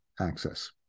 access